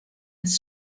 des